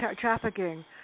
trafficking